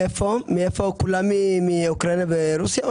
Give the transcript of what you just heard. כולם מאוקראינה ורוסיה?